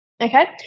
okay